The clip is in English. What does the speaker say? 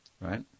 Right